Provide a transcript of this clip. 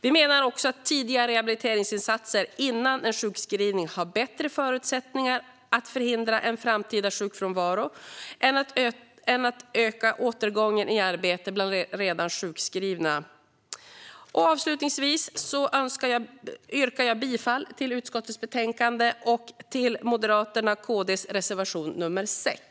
Vi menar också att tidiga rehabiliteringsinsatser, före en sjukskrivning, har bättre förutsättningar att förhindra en framtida sjukfrånvaro än en ökad återgång i arbete bland redan sjukskrivna. Avslutningsvis yrkar jag bifall till utskottets förslag förutom under punkt 3, där jag yrkar bifall till Moderaternas och KD:s reservation nr 6.